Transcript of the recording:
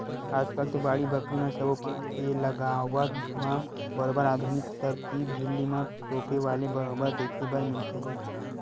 आजकल तो बाड़ी बखरी म सब्जी पान के लगावब म बरोबर आधुनिक तरकीब झिल्ली म तोपे वाले बरोबर देखे बर मिलथे ही